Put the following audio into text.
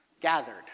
gathered